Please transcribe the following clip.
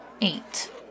Eight